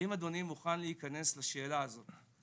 האם אדוני מוכן להיכנס לשאלה הזאת,